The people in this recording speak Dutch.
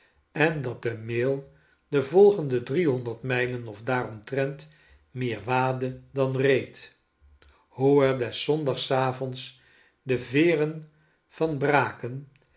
en dat de mail de volgende driehonderd mijlen of daaromtrent meer waadde dan reed hoe er des zondagsavonds de veeren van braken